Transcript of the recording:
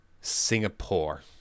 Singapore